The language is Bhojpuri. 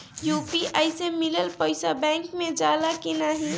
यू.पी.आई से मिलल पईसा बैंक मे जाला की नाहीं?